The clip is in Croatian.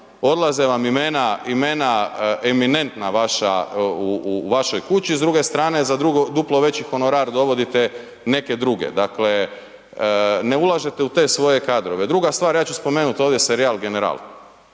odlaze vam imena eminentna vaša, u vašoj kući, s druge strane, za duplo veći honorar dovodite neke druge. Dakle, ne ulažete u te svoje kadrove. Druga stvar, ja ću spomenuti ovdje serijal „general“.